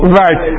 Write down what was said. right